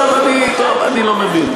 אני, טוב, אני לא מבין.